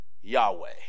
Yahweh